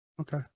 Okay